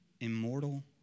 immortal